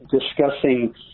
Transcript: discussing